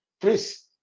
Please